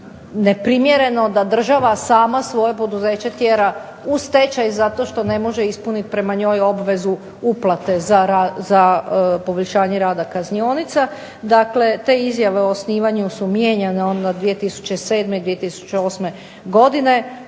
neprimjereno da država sama svoje poduzeće tjera u stečaj zato što ne može ispuniti prema njoj obvezu uplate za poboljšanje rada kaznionica. Dakle, te izjave o osnivanju su mijenjane onda 2007. i 2008. godine